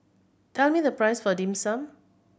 tell me the price of Dim Sum